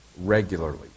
regularly